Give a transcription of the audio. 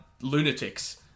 lunatics